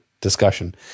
discussion